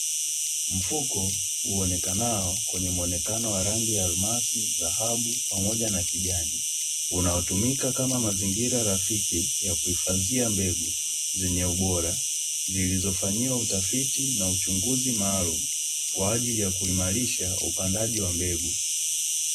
Mfuko uonekanao kwenye muonekano wa rangi ya almasi, dhahabu pamoja na kijani unaotumika kama mazingira rafiki ya kuhifadhia mbegu zenye ubora zilizofanyiwa utafiti na uchunguzi maalumu kwa ajili ya kuimarisha upandaji wa mbegu.